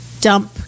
dump